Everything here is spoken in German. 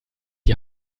die